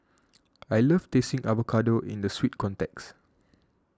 I love tasting avocado in the sweet context